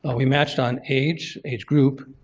ah we matched on age, age group.